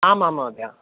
आम् आम् महोदय